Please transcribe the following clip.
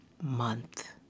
Month